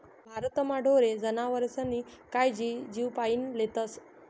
भारतमा ढोरे जनावरेस्नी कायजी जीवपाईन लेतस